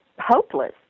hopeless